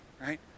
right